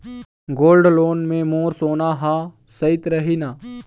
Gold loan मे मोर सोना हा सइत रही न?